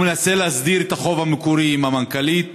הוא מנסה להסדיר את החוב המקורי עם המנכ"לית.